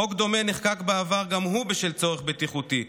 חוק דומה נחקק בעבר גם הוא בשל צורך בטיחותי,